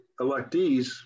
electees